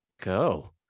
go